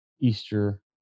Easter